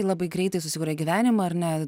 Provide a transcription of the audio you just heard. ji labai greitai susikūrė gyvenimą ar ne